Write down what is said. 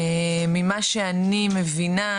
ממה שאני מבינה,